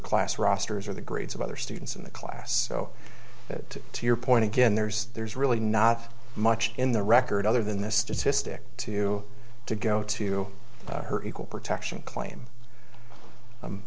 class rosters or the grades of other students in the class so that to your point again there's there's really not much in the record other than the statistic to to go to her equal protection claim